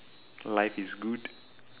life is good